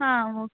ಹಾಂ ಓ